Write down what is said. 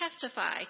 testify